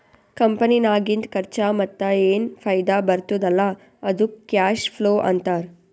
ಕಂಪನಿನಾಗಿಂದ್ ಖರ್ಚಾ ಮತ್ತ ಏನ್ ಫೈದಾ ಬರ್ತುದ್ ಅಲ್ಲಾ ಅದ್ದುಕ್ ಕ್ಯಾಶ್ ಫ್ಲೋ ಅಂತಾರ್